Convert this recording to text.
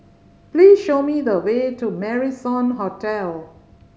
please show me the way to Marrison Hotel